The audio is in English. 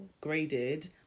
graded